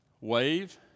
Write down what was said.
wave